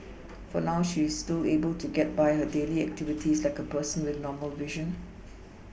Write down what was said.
for now she is still able to get by her daily activities like a person with normal vision